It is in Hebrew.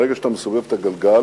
ברגע שאתה מסובב את הגלגל,